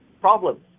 problems